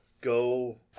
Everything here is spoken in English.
go